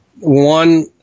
one